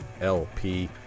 LP